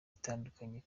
itandukanye